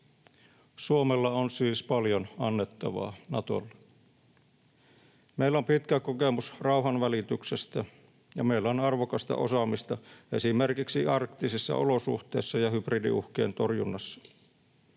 Suomella on siis paljon annettavaa Natolle. Meillä on pitkä kokemus rauhanvälityksestä, ja meillä on arvokasta osaamista esimerkiksi arktisissa olosuhteissa ja hybridiuhkien torjunnassa.